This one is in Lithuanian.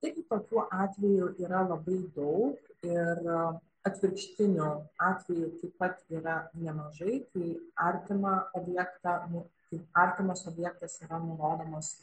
taigi tokių atvejų yra labai daug ir atvirkštinių atvejų taip pat yra nemažai kai artimą objektą nu kaip artimas objektas yra nurodomas